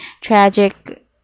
tragic